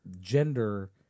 Gender